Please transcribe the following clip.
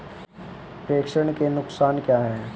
प्रेषण के नुकसान क्या हैं?